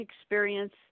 experience